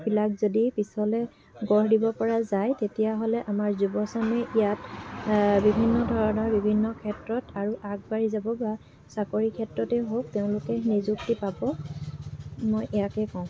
বিলাক যদি পিছলৈ গঢ় দিব পৰা যায় তেতিয়াহ'লে আমাৰ যুৱ চামে ইয়াত বিভিন্ন ধৰণৰ বিভিন্ন ক্ষেত্ৰত আৰু আগবাঢ়ি যাব বা চাকৰি ক্ষেত্ৰতেই হওক তেওঁলোকে নিযুক্তি পাব মই ইয়াকে কওঁ